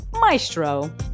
Maestro